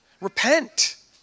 Repent